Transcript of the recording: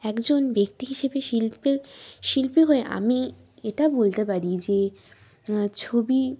একজন ব্যক্তি হিসেবে শিল্পে শিল্পী হয়ে আমি এটা বলতে পারি যে ছবি